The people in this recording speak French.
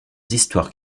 histoires